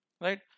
Right